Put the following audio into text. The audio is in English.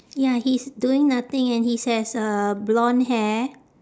ya he's doing nothing and his has uh blonde hair